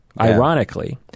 ironically